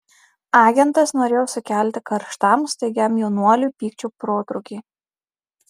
agentas norėjo sukelti karštam staigiam jaunuoliui pykčio protrūkį